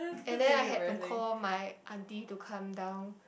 and then I had to call my aunty to come down